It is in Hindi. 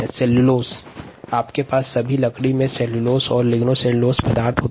सेल्यूलोस लकड़ी में लिग्नोसेलुलोसिक अवयव के रूप में पाया जाता हैं